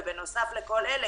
ובנוסף לכל אלה,